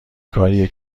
کاریه